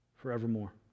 forevermore